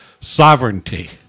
sovereignty